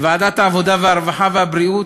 בוועדת העבודה, הרווחה והבריאות,